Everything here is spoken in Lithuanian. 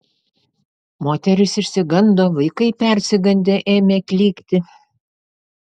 moterys išsigando vaikai persigandę ėmė klykti